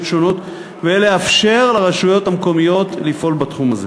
שונות ולאפשר לרשויות המקומיות לפעול בתחום הזה.